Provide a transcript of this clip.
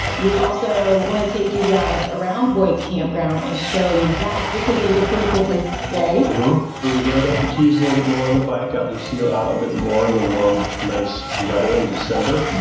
we also want to take you guys around boyd's campground and show you that because it was a pretty cool place to stay. and we rode up the keys a little bit more on the bike. got lucille out a bit more in the warm, nice weather in december.